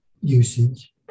usage